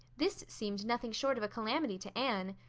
this seemed nothing short of a calamity to anne.